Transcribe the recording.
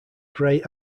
grey